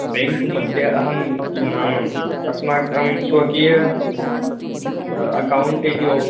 bank मध्ये अहं किं नामम् अस्माकं स्वकीय अकौण्ट् इति ओप्